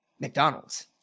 mcdonald's